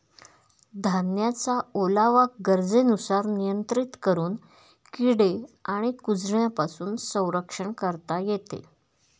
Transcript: धान्याचा ओलावा गरजेनुसार नियंत्रित करून किडे आणि कुजण्यापासून संरक्षण करता येते